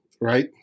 right